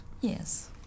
Yes